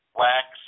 wax